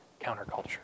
counterculture